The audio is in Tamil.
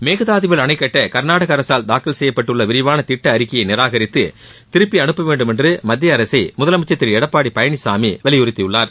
மேகதாதுவில் அணை கட்ட கர்நாடக அரசால் தாக்கல் செய்யப்பட்டுள்ள விரிவான திட்ட அறிக்கையை நிராகரித்து திருப்பி அனுப்ப வேண்டும் என்று மத்திய அரசை முதலமைச்சர் திரு எடப்பாடி பழனிசாமி வலியுறுத்தியுள்ளார்